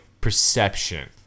perception